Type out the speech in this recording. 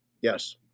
Yes